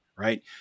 Right